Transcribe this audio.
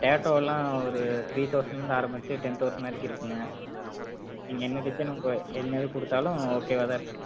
டேட்டூலாம் ஒரு த்ரீ தௌசண்ட்ல இருந்து ஆரம்பித்து டென் தௌசண்ட் வரைக்கும் இருக்குதுங்க நீங்கள் என்ன டிசைன் இப்போ என்னது கொடுத்தாலும் ஓகேவா தான் இருக்கும்